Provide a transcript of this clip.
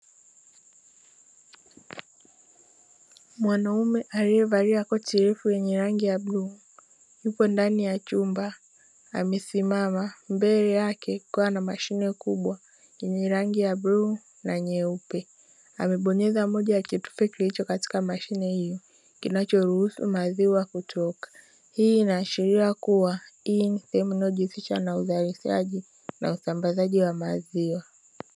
Mwanaume aliyevalia koti refu lenye rangi ya bluu ndani ya chumba amesimama, mbele yake kuwa na mashine kubwa yenye rangi ya bluu na nyeupe, amebonyeza moja akitufe kilicho katika mashine hiyo kinachoruhusu maziwa kutoka ,hii inaashiria kuwa hii ni sehemu inayojihusisha na uzalishaji na usambazaji wa maziwa.